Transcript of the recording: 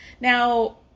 Now